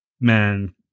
Man